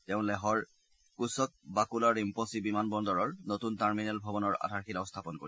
তেওঁ লেহৰ কুশ্বক বাকুলা ৰিম্পচি বিমান বন্দৰৰ নতুন টাৰ্মিনেল ভৱনৰ আধাৰশিলা স্থাপন কৰিব